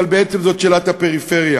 אבל בעצם זו שאלת הפריפריה.